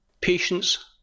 Patience